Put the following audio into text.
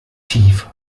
tief